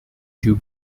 two